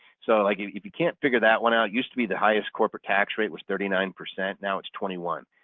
so like if if you can't figure that one out, used to be the highest corporate tax rate was thirty nine, now it's twenty one.